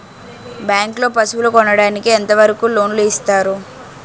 Bank లో పశువుల కొనడానికి ఎంత వరకు లోన్ లు ఇస్తారు?